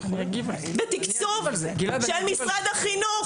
בתקצוב של משרד החינוך.